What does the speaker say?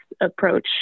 approach